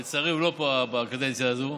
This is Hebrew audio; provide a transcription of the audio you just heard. שלצערי, הוא לא פה בקדנציה הזאת,